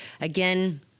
again